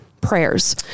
prayers